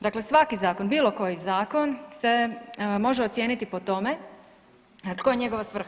Dakle, svaki zakon, bilo koji zakon se može ocijeniti po tome koja je njegova svrha.